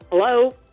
Hello